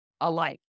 alike